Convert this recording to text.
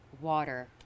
water